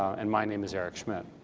and my name is eric schmidt.